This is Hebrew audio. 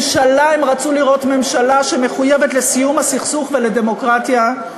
הם רצו לראות ממשלה שמחויבת לסיום הסכסוך ולדמוקרטיה,